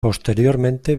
posteriormente